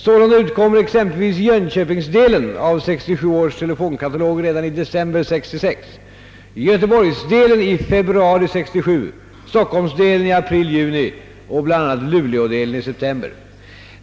Sålunda utkommer exempelvis Jönköpingsdelen av 1967 års telefonkatalog redan i december 1966, Göteborgsdelen i februari 1967, Stockholmsdelen i april —juni och bl.a. Luleådelen i september.